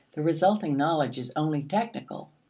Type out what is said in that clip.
the resulting knowledge is only technical.